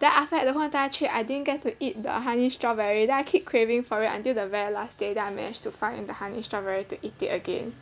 then after that the whole entire trip I didn't get to eat the honey strawberry then I keep craving for it until the very last day then I managed to find the honey strawberry to eat it again